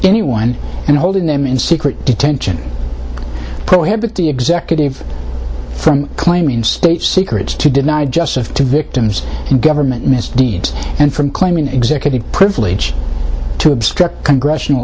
anyone and holding them in secret detention prohibit the executive from claiming state secrets to deny justice to victims and government misdeeds and from claiming executive privilege to obstruct congressional